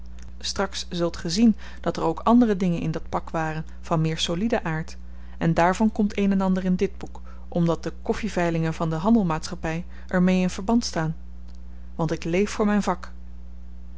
straks zult ge zien dat er ook andere dingen in dat pak waren van meer solieden aard en daarvan komt een en ander in dit boek omdat de koffiveilingen van de handelmaatschappy er mee in verband staan want ik leef voor myn vak